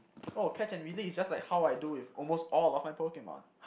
oh catch and release just like how I do with almost all of my Pokemon